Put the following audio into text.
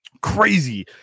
crazy